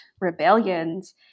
rebellions